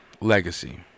Legacy